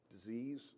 Disease